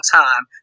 time